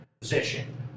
position